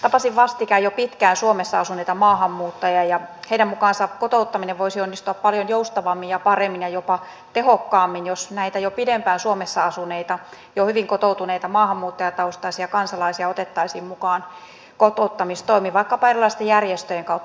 tapasin vastikään jo pitkään suomessa asuneita maahanmuuttajia ja heidän mukaansa kotouttaminen voisi onnistua paljon joustavammin ja paremmin ja jopa tehokkaammin jos näitä jo pidempään suomessa asuneita jo hyvin kotoutuneita maahanmuuttajataustaisia kansalaisia otettaisiin mukaan kotouttamistoimiin vaikkapa erilaisten järjestöjen kautta